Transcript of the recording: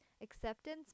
Acceptance